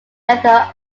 method